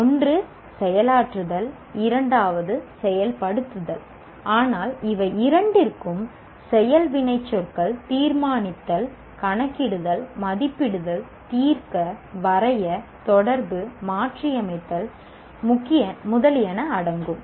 ஒன்று செயலாற்றுதல் இரண்டாவது செயல்படுத்துதல் ஆனால் இவை இரண்டிற்கும் செயல் வினைச்சொற்கள் தீர்மானித்தல் கணக்கிடுதல் மதிப்பிடுதல் தீர்க்க வரைய தொடர்பு மாற்றியமைத்தல் முதலியன அடங்கும்